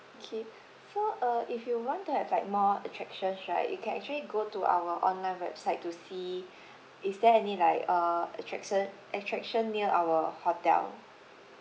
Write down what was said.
okay so uh if you want to have like more attractions right you can actually go to our online website to see if there any like uh attraction attraction near our hotel